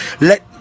let